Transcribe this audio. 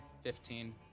fifteen